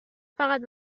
فقط